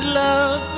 love